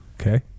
okay